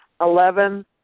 Eleven